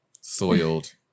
Soiled